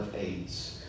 aids